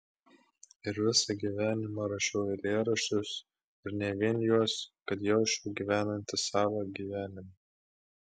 ir visą gyvenimą rašiau eilėraščius ir ne vien juos kad jausčiau gyvenantis savą gyvenimą